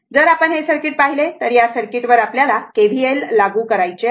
जर आपण हे सर्किट पाहिले तर या सर्किटवर आपल्याला KVL लागू करायचे आहे